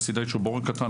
יוסי דייטש הוא בורג קטן,